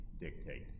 dictate